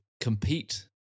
compete